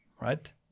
right